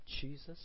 Jesus